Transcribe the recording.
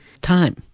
time